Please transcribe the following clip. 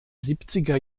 siebziger